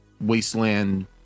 wasteland